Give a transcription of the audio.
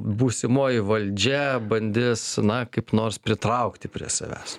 būsimoji valdžia bandys na kaip nors pritraukti prie savęs